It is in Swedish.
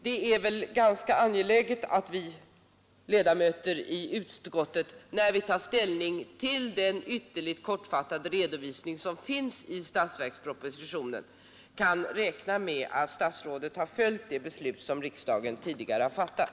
Det är angeläget att vi ledamöter i utskottet, när vi tar ställning till den ytterligt kortfattade redovisning som finns i statsverkspropositionen, kan räkna med att statsrådet följt det beslut som riksdagen tidigare har fattat.